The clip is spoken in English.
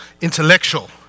intellectual